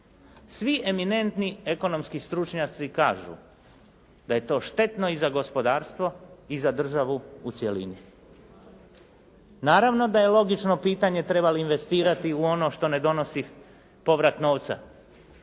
Svi eminentni ekonomski stručnjaci kažu da je to štetno i za gospodarstvo i za državu u cjelini. Naravno da je logično pitanje treba li investirati u ono što ne donosi povrat novca